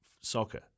soccer